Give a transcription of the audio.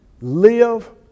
Live